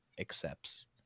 accepts